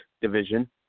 division